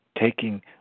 taking